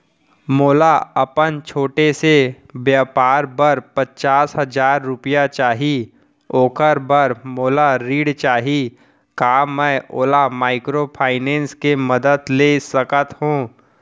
मोला अपन छोटे से व्यापार बर पचास हजार रुपिया चाही ओखर बर मोला ऋण चाही का मैं ओला माइक्रोफाइनेंस के मदद से ले सकत हो?